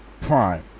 Prime